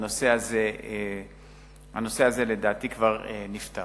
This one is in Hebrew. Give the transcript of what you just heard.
הנושא הזה לדעתי כבר נפתר.